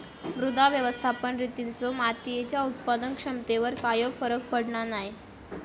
मृदा व्यवस्थापन रितींचो मातीयेच्या उत्पादन क्षमतेवर कायव फरक पडना नाय